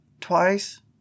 twice